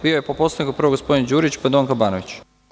Prvo je po Poslovniku bio gospodin Đurić, pa Donka Banović.